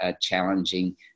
challenging